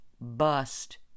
bust